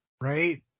Right